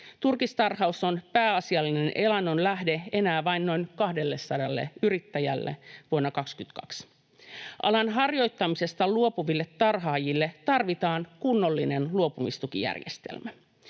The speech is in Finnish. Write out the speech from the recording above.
Turkistarhaus on pääasiallinen elannon lähde enää vain noin kahdellesadalle yrittäjälle vuonna 22. Alan harjoittamisesta luopuville tarhaajille tarvitaan kunnollinen luopumistukijärjestelmä.